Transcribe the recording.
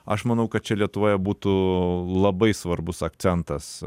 aš manau kad čia lietuvoje būtų labai svarbus akcentas